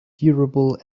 durable